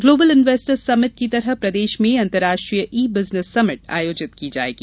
global investor summit की तरह प्रदेश में अंतर्राष्ट्रीय ई बिजनेस समिट आयोजित की जायेगी